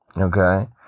Okay